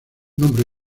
nombre